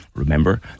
Remember